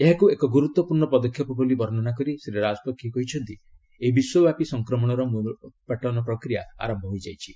ଏହାକୁ ଏକ ଗୁରୁତ୍ୱପୂର୍ଣ୍ଣ ପଦକ୍ଷେପ ବୋଲି ବର୍ଷନା କରି ଶ୍ରୀ ରାଜପକ୍ଷେ କହିଛନ୍ତି ଏହି ବିଶ୍ୱବ୍ୟାପୀ ସଂକ୍ରମଣର ମିଳୋପାଟନ ପ୍ରକ୍ରିୟା ଆରମ୍ଭ ହୋଇଗଲା